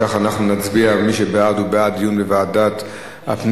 אם כך, מי שבעד, הוא בעד דיון בוועדת הפנים.